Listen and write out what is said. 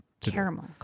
Caramel